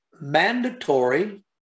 mandatory